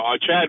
Chad